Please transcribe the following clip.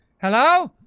hello?